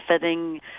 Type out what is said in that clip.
fitting